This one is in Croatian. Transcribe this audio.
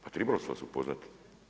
Pa trebali su vas upoznati.